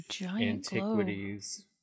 antiquities